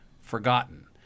forgotten